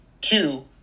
Two